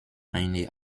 eine